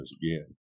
again